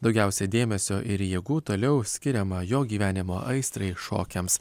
daugiausiai dėmesio ir jėgų toliau skiriama jo gyvenimo aistrai šokiams